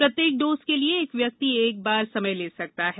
प्रत्येक डोज के लिए एक व्यक्ति एक बार समय ले सकता है